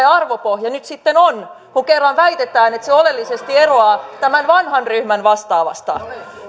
arvopohja nyt sitten on kun kerran väitetään että se oleellisesti eroaa tämän vanhan ryhmän vastaavasta